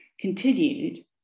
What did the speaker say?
continued